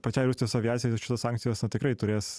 pačiai rusijos aviacijai šitos sankcijos na tikrai turės